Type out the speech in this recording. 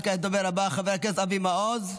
וכעת הדובר הבא, חבר הכנסת אבי מעוז,